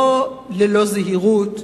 לא ללא זהירות,